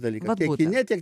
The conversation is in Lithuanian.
dalykas kine tiek